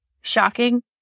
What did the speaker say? Shocking